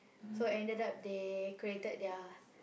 so ended up they created their